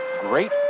Great